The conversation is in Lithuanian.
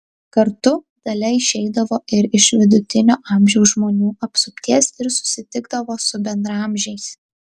kartu dalia išeidavo ir iš vidutinio amžiaus žmonių apsupties ir susitikdavo su bendraamžiais